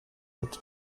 alt